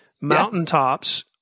Mountaintops